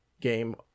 game